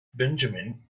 benjamin